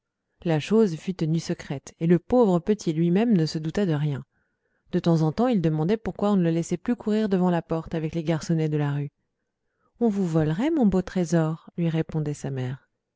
la chose fut tenue secrète le pauvre petit lui-même ne se douta de rien de temps en temps il demandait pourquoi on ne le laissait plus courir devant la porte avec les garçonnets de la rue on vous volerait mon beau trésor lui répondait sa mère